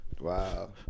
Wow